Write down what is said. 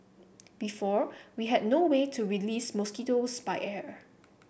before we had no way to release mosquitoes by air